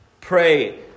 pray